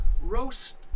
roast